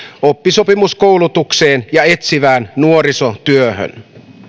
oppisopimuskoulutukseen ja etsivään nuorisotyöhön